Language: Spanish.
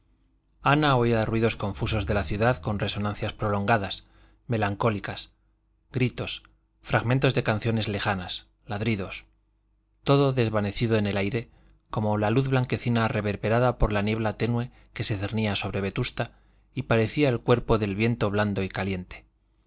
ana oía ruidos confusos de la ciudad con resonancias prolongadas melancólicas gritos fragmentos de canciones lejanas ladridos todo desvanecido en el aire como la luz blanquecina reverberada por la niebla tenue que se cernía sobre vetusta y parecía el cuerpo del viento blando y caliente